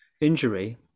injury